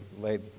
laid